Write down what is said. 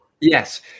Yes